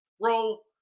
roll